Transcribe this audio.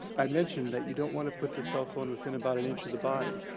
i mentioned that you don't want to put the cell phone within about an inch of the body.